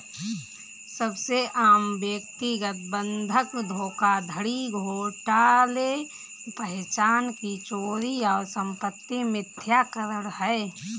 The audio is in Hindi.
सबसे आम व्यक्तिगत बंधक धोखाधड़ी घोटाले पहचान की चोरी और संपत्ति मिथ्याकरण है